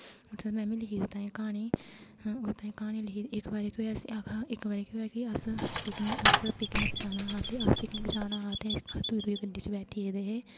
में बी लिखी दी ओह्दे ताईं इक क्हानी ओह्दे ताईं क्हानी लिखी दी इक बारी इक बारी केह् होआ कि अस पिकनिक जाना हा ते अस पिकनिक जाना हा ते अस दूई दूई गड्डी च बैठी गे ते